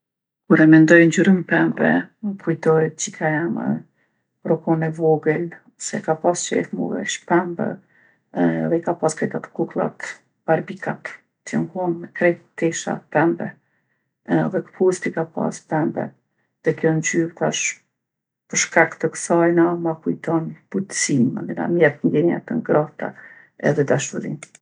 Kur e mendoj ngjyrën pembe, m'kujtohet qika jeme kur o kon e vogël se ka pasë qejf m'u vesh pembe edhe i ka pasë krejt ato kukllat, barbikat që jon kon, krejt teshat pembe edhe kpuctë i ka pasë pembe. Dhe kjo ngjyrë tash, për shkak të ksajna ma kujton butsinë, mandena m'jep ndjenja të ngrohta edhe dashuri.